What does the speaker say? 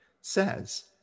says